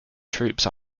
troops